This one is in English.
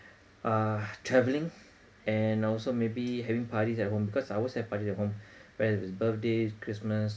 uh travelling and also maybe having parties at home because I always have parties at home whether it's birthdays christmas